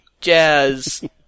Jazz